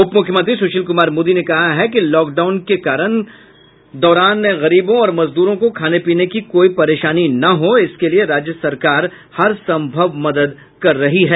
उपमुख्यमंत्री सुशील कुमार मोदी ने कहा है कि लॉकडाउन के दौरान गरीबों और मजद्रों को खाने पीने की कोई परेशानी ना हो इसके लिए राज्य सरकार हर संभव मदद कर रही है